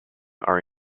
are